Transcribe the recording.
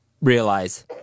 Realize